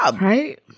right